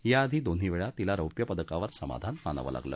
याआधी दोन्ही वेळा तीला रौप्य पदकावर समाधान मानावं लागलं